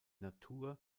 natur